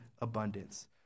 abundance